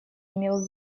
имел